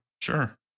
sure